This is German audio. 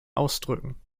ausdrücken